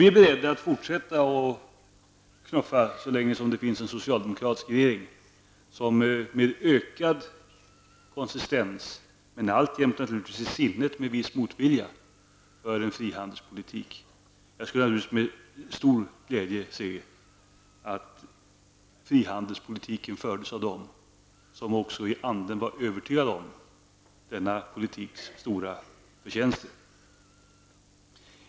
Vi är beredda att fortsätta att knuffa så länge det finns en socialdemokratisk regering som med ökad konsistens, men alltjämt naturligtvis med viss motvilja i sinnet, för en frihandelspolitik. Jag skulle naturligtvis med stor glädje se att frihandelspolitiken fördes av dem som också i anden är övertygade om denna politiks stora förtjänster.